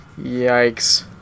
Yikes